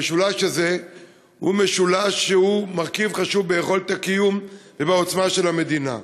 המשולש הזה הוא משולש שהוא מרכיב חשוב ביכולת הקיום ובעוצמה של המדינה.